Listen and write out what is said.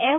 F